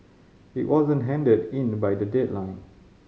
it wasn't handed in the by the deadline